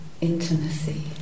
intimacy